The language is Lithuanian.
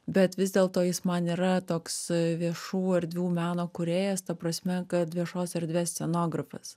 bet vis dėlto jis man yra toks viešų erdvių meno kūrėjas ta prasme kad viešos erdvės scenografas